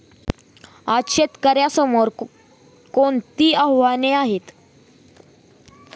आज शेतकऱ्यांसमोर कोणती आव्हाने आहेत?